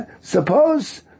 Suppose